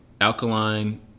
Alkaline